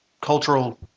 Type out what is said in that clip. cultural